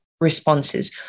responses